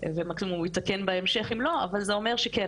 ומקסימום הוא יתקן בהמשך אם לא זה אומר שכן,